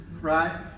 Right